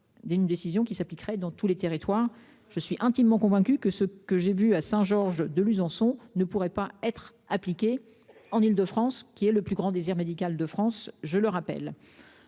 D'une décision qui s'appliqueraient dans tous les territoires. Je suis intimement convaincu que ce que j'ai vu à Saint-Georges de Luzon sont ne pourrait pas être appliquée en Île-de-France qui est le plus grand désert médical de France, je le rappelle.